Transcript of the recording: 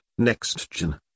Nextgen